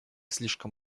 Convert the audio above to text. слишком